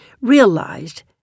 realized